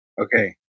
Okay